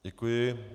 Děkuji.